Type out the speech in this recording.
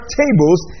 tables